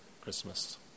Christmas